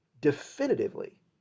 definitively